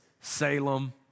Salem